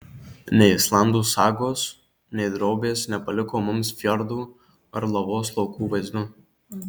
nei islandų sagos nei drobės nepaliko mums fjordų ar lavos laukų vaizdų